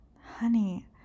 honey